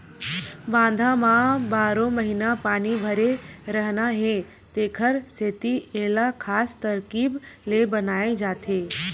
बांधा म बारो महिना पानी भरे रहना हे तेखर सेती एला खास तरकीब ले बनाए जाथे